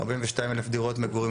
42 אלף דירות מגורים,